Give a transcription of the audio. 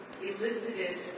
elicited